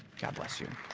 god bless you.